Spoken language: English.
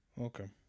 okay